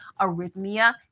arrhythmia